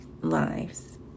lives